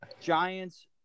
Giants